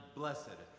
blessed